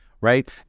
Right